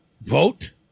vote